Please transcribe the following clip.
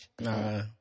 Nah